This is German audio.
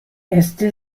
äste